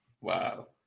Wow